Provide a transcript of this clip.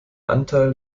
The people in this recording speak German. anteil